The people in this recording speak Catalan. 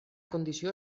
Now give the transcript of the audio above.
condició